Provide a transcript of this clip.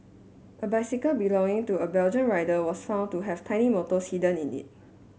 a bicycle belonging to a Belgian rider was found to have tiny motors hidden in it